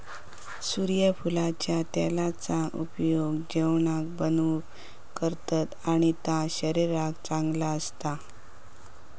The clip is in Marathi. सुर्यफुलाच्या तेलाचा उपयोग जेवाण बनवूक करतत आणि ता शरीराक चांगला असता